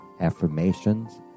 affirmations